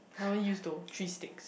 haven't use though three sticks